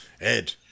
Ed